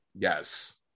Yes